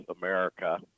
America